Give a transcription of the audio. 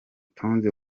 tonzi